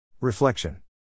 Reflection